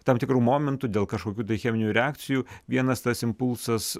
tam tikru momentu dėl kažkokių tai cheminių reakcijų vienas tas impulsas